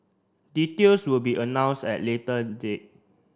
details will be announce at later date